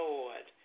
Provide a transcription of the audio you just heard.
Lord